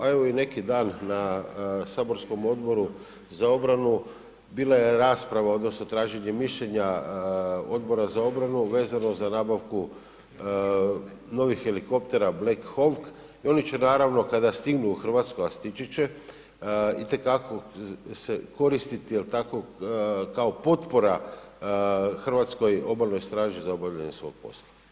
A evo i neki dan na saborskom Odboru za obranu bila je rasprava, odnosno traženje mišljenja Odbora za obranu vezano za nabavku novih helikoptera Black Hawk i oni će naravno kada stignu u Hrvatsku, a stići će itekako se koristiti se, je li tako kao potpora hrvatskoj Obalnoj straži za obavljanje svog posla.